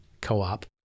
co-op